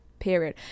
period